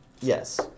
Yes